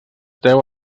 deu